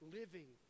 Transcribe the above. living